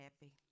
happy